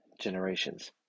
generations